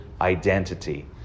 identity